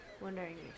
wondering